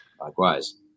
Likewise